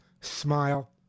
smile